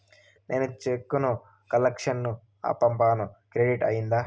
నేను చెక్కు ను కలెక్షన్ కు పంపాను క్రెడిట్ అయ్యిందా